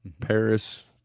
Paris